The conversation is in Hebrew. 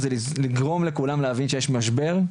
זה לגרום לכולם להבין שיש משבר,